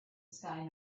sky